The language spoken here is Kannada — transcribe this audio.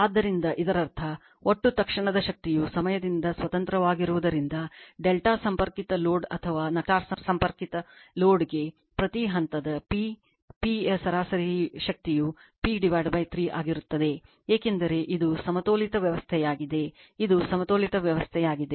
ಆದ್ದರಿಂದ ಇದರರ್ಥ ಒಟ್ಟು ತಕ್ಷಣದ ಶಕ್ತಿಯು ಸಮಯದಿಂದ ಸ್ವತಂತ್ರವಾಗಿರುವುದರಿಂದ ಡೆಲ್ಟಾ ಸಂಪರ್ಕಿತ ಲೋಡ್ ಅಥವಾ ನಕ್ಷತ್ರ ಸಂಪರ್ಕಿತ ಲೋಡ್ಗೆ ಪ್ರತಿ ಹಂತದ P p ಯ ಸರಾಸರಿ ಶಕ್ತಿಯು p 3 ಆಗಿರುತ್ತದೆ ಏಕೆಂದರೆ ಇದು ಸಮತೋಲಿತ ವ್ಯವಸ್ಥೆಯಾಗಿದೆ ಇದು ಸಮತೋಲಿತ ವ್ಯವಸ್ಥೆಯಾಗಿದೆ